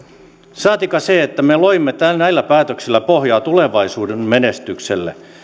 saatikka se että me loimme näillä päätöksillä pohjaa tulevaisuuden menestykselle